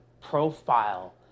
profile